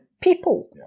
people